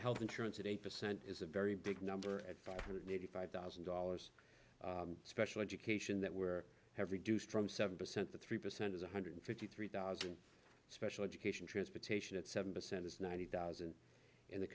health insurance at eight percent is a very big number at five hundred eighty five thousand dollars special education that where have reduced from seven percent to three percent is one hundred fifty three thousand special education transportation at seven percent it's ninety thousand in the